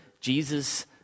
Jesus